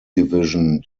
division